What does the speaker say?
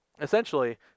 essentially